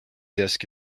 disk